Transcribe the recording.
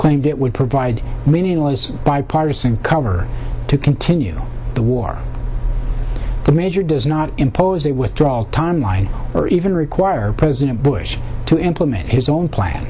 claimed it would provide meaningless bipartisan cover to continue the war the measure does not impose a withdrawal timeline or even require president bush to implement his own plan